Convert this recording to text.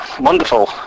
wonderful